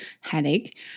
headache